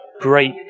Great